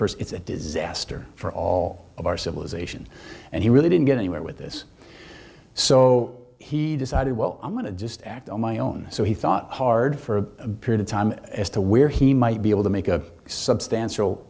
first it's a disaster for all of our civilization and he really didn't get anywhere with this so he decided well i'm going to just act on my own so he thought hard for a period of time as to where he might be able to make a substantial